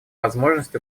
возможность